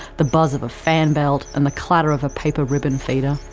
the buzz of a fan belt, and the clatter of a paper ribbon feeder.